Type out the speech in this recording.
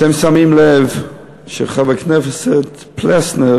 אתם שמים לב שחבר הכנסת פלסנר